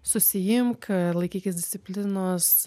susiimk laikykis disciplinos